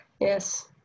Yes